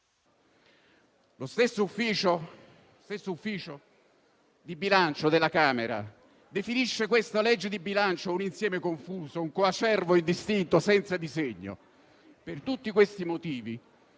lo stesso Ufficio parlamentare di bilancio ha definito questa legge di bilancio un insieme confuso e un coacervo indistinto senza disegno. Per tutti questi motivi,